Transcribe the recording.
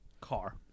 Car